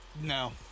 No